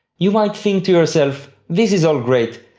you might think to yourself, this is all great,